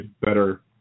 better